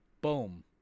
boom